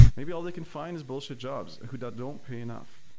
maybe all they can find is bullshit jobs that don't pay enough.